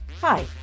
Hi